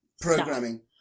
Programming